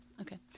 Okay